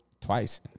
Twice